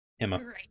Emma